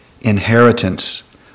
inheritance